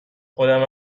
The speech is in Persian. خودمم